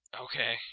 Okay